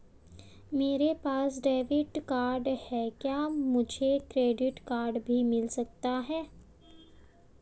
मेरे पास debit card है क्या मुझे क्रेडिट कार्ड भी मिल सकता है?